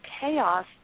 chaos